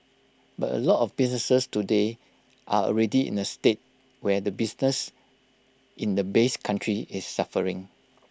but A lot of businesses today are already in A state where the business in the base country is suffering